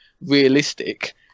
realistic